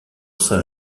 saint